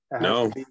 No